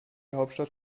hauptstadt